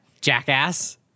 jackass